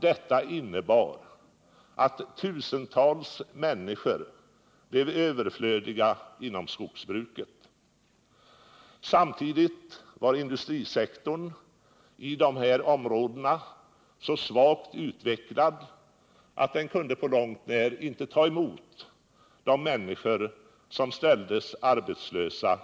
Detta innebar att tusentals människor blev överflödiga inom skogsbruket. Samtidigt var industrisektorn inom dessa områden så svagt utvecklad att den inte på långt när kunde sysselsätta de människor som ställdes arbetslösa